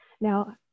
Now